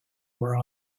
were